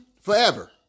forever